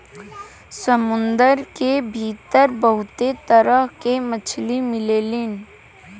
समुंदर के भीतर बहुते तरह के मछली मिलेलीन